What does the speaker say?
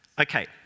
Okay